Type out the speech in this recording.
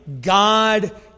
God